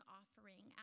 offering